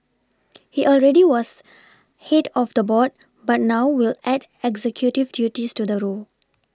he already was head of the board but now will add executive duties to the role